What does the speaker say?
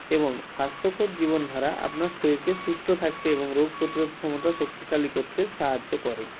এবং স্বাস্থ্যকর জীবনধারা আপনার শরীরকে সুস্থ থাকতে এবং রোগ প্রতিরোধ ক্ষমতা শক্তিশালী করতে সাহায্য করে